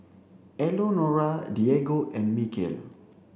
Elenora Diego and Mykel